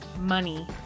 Money